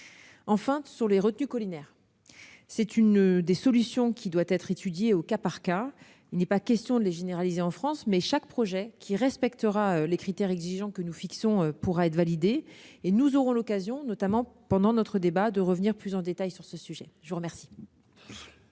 mentionnant les retenues collinaires. Cette solution doit être étudiée au cas par cas : il n'est pas question de la généraliser en France, mais chaque projet qui respectera les critères exigeants que nous fixons pourra être validé. Nous aurons l'occasion, pendant ce débat, de revenir plus en détail sur ce sujet. La parole